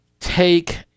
take